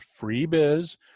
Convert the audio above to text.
freebiz